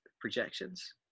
projections